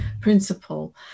principle